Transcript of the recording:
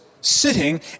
sitting